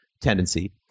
tendency